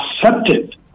accepted